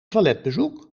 toiletbezoek